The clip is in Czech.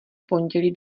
pondělí